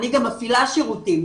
אני גם מפעילה שירותים,